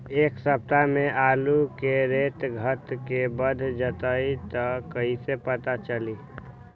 एक सप्ताह मे आलू के रेट घट ये बढ़ जतई त कईसे पता चली?